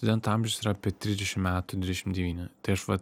studentų amžius yra apie trisdešim metų dvidešim devyni tai aš vat